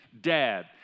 dad